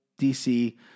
DC